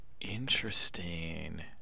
Interesting